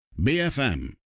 BFM